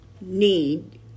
need